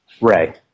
Ray